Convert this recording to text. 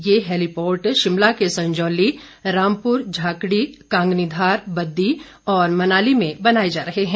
ये हैलीपोर्ट शिमला के संजौली रामपुर झाकड़ी कांगनीधार बद्दी और मनाली में बनाए जा रहे हैं